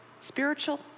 spiritual